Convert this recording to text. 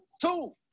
two